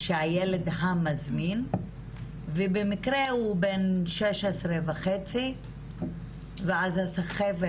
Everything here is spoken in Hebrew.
שהילד המזמין ובמקרה הוא בן 16.5 ואז הסחבת